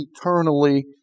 eternally